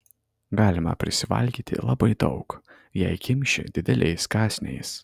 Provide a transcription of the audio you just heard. galima prisivalgyti labai daug jei kimši dideliais kąsniais